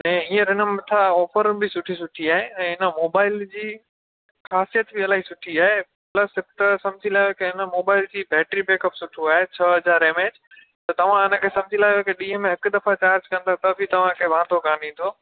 ऐं हीअंर हिन मथां ऑफ़र बि सुठी सुठी आहे ऐं हिन मोबाइल जी ख़ासियतु बि इलाही सुठी आहे प्लस हिक त सम्झी लाहियो की हिन मोबाइल जी बैटरी बैकअप सुठो आहे छह हज़ार एम एच त तव्हां हिनखे सम्झी लाहियो की ॾींहुं में हिक दफ़ा चार्ज कंदव त बि तव्हांखे वांदो कोन्ह ईंदो